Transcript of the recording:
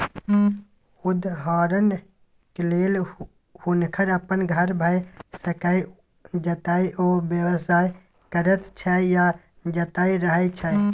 उदहारणक लेल हुनकर अपन घर भए सकैए जतय ओ व्यवसाय करैत छै या जतय रहय छै